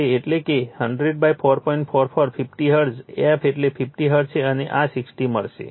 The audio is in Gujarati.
44 50 હર્ટ્ઝ f એટલે 50 હર્ટ્ઝ છે અને આ 60 મળશે